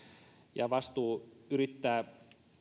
ja vastuu yrittää